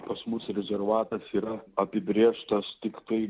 pas mus rezervatas yra apibrėžtas tiktai